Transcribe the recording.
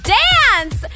dance